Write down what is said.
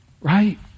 right